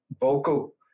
vocal